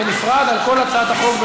בנפרד על כל הצעת חוק.